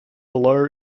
below